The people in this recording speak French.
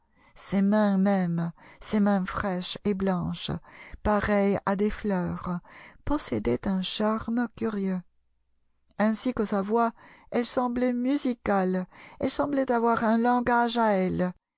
ses mains même ses mains fraîches et blanches pareilles à des fleurs possédaient un charme curieux ainsi que sa voix elles semblaient musicales elles semblaient avoir un langage à elles